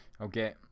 Okay